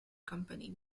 company